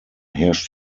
herrscht